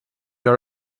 are